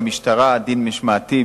הצעת חוק המשטרה (דין משמעתי,